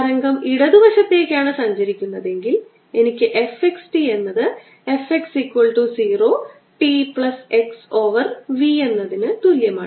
തരംഗം ഇടതുവശത്തേക്കാണ് സഞ്ചരിക്കുന്നതെങ്കിൽ എനിക്ക് f x t എന്നത് f x 0 t plus x over v എന്നതിന് തുല്യമാണ്